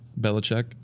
Belichick